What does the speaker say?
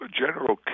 general